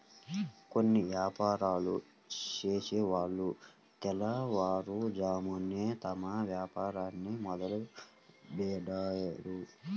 కొన్ని యాపారాలు చేసేవాళ్ళు తెల్లవారుజామునే తమ వ్యాపారాన్ని మొదలుబెడ్తారు